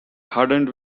hardened